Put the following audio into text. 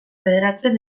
federatzen